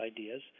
ideas